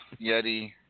Yeti